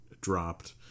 dropped